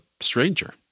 stranger